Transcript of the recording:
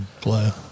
player